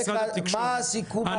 בדרך כלל, מה הסיכום הרצוי?